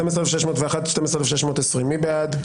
12,541 עד 12,560, מי בעד?